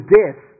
death